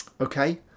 Okay